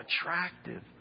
attractive